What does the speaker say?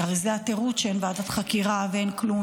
הרי זה התירוץ שאין ועדת חקירה ואין כלום,